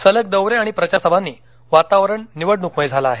सलग दौरे आणि प्रचार सभांनी वातावरण निवडणूकमय झालं आहे